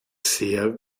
sehr